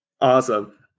Awesome